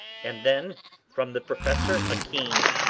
and then from the professor a keen